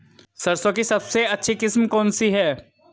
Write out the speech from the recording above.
सरसों की सबसे अच्छी किस्म कौन सी है?